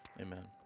Amen